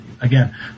again